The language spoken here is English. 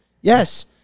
Yes